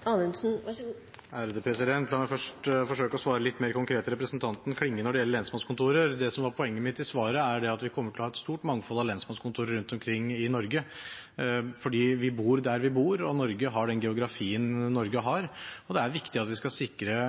La meg først forsøke å svare litt mer konkret til representanten Klinge når det gjelder lensmannskontorer. Det som var poenget mitt i svaret, er at vi kommer til å ha et stort mangfold av lensmannskontorer rundt omkring i Norge, fordi vi bor der vi bor – Norge har den geografien Norge har, og det er viktig at vi skal sikre